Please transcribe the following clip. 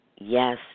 yes